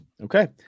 Okay